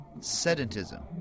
sedentism